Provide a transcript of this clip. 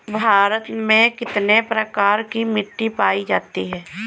भारत में कितने प्रकार की मिट्टी पाई जाती है?